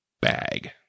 bag